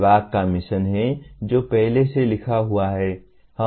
विभाग का मिशन है जो पहले से लिखा हुआ है